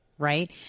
Right